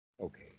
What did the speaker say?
okay